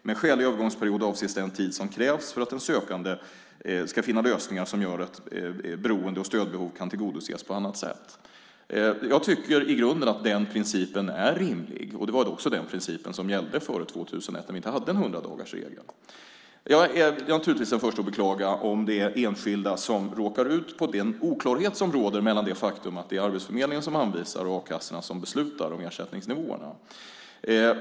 Med skälig övergångsperiod avses den tid som krävs för den sökande att kunna finna lösningar som gör att beroende och stödbehov kan tillgodoses på annat sätt." Jag tycker i grunden att den principen är rimlig. Det var också den principen som gällde före 2001 när vi inte hade en hundradagarsregel. Jag är naturligtvis den första att beklaga om det är enskilda som råkar illa ut beroende på den oklarhet som råder när det gäller det faktum att det är arbetsförmedlingen som anvisar och a-kassorna som beslutar om ersättningsnivåerna.